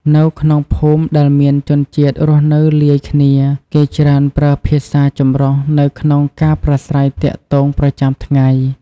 នៅក្នុងភូមិដែលមានជនជាតិរស់នៅលាយគ្នា គេច្រើនប្រើភាសាចម្រុះនៅក្នុងការប្រាស្រ័យទាក់ទងប្រចាំថ្ងៃ។